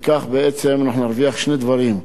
בכך נרוויח שני דברים: